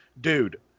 dude